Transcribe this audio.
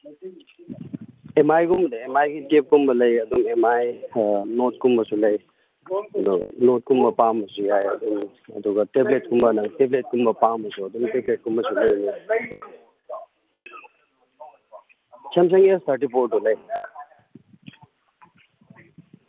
M ꯃꯥꯏꯒꯨꯝꯕꯗꯤ ꯑꯦꯝ ꯃꯥꯏꯒꯤ ꯇꯦꯞꯀꯨꯝꯕ ꯂꯩ ꯑꯗꯨꯝ ꯑꯦꯝ ꯃꯥꯏ ꯅꯣꯠꯀꯨꯝꯕꯁꯨ ꯂꯩ ꯑꯗꯣ ꯅꯣꯠꯀꯨꯝꯕ ꯄꯥꯝꯃꯁꯨ ꯌꯥꯏ ꯑꯗꯨꯝ ꯑꯗꯨꯒ ꯇꯦꯕ꯭ꯂꯦꯠꯀꯨꯝꯕꯅ ꯇꯦꯕ꯭ꯂꯦꯠꯀꯨꯝꯕ ꯄꯥꯝꯃꯁꯨ ꯑꯗꯨꯝ ꯇꯦꯕ꯭ꯂꯦꯠꯀꯨꯝꯕꯁꯨ ꯂꯩꯅꯤ ꯁꯦꯝꯁꯪ ꯑꯦꯁ ꯊꯥꯔꯇꯤ ꯐꯣꯔꯗꯨ ꯂꯩ